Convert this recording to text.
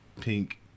pink